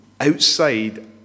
outside